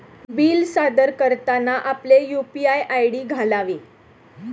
bill सादर करताना आपले यू.पी.आय आय.डी घालावे